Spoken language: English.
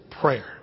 prayer